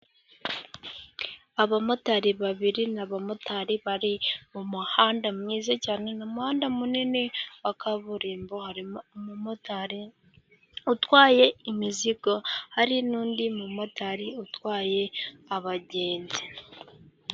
Abamotari babiri, ni abamotari bari mu muhanda mwiza cyane, ni umuhanda munini wa kaburimbo, harimo umumotari utwaye imizigo, hari n'undi mumotari utwaye abagenzi.